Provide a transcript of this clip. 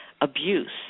abuse